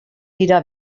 dira